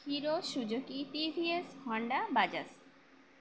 hero Suzuki TVS Honda Bajaj